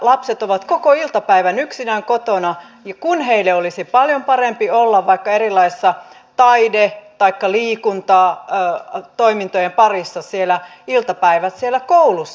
lapset ovat koko iltapäivän yksinään kotona kun heille olisi paljon parempi olla vaikka erilaisten taide taikka liikuntatoimintojen parissa iltapäivät siellä koulussa